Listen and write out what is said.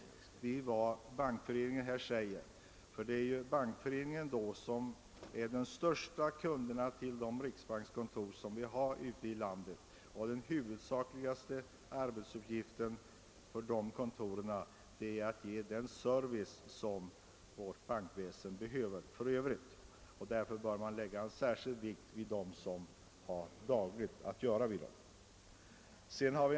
Bankföreningen är ju den största kunden hos de riksbankskontor som finns ute i landet; kontorens huvudsakliga arbetsuppgift är att ge den service som bankväsendet behöver. Därför tycker jag att särskild vikt bör läggas vid Bankföreningens uttalande.